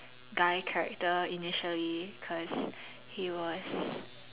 guy character initially because he was